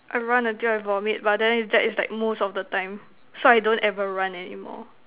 I run until I vomit but then that is like most of the time so I don't ever run any more